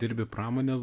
dirbi pramonės